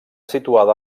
situada